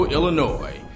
Illinois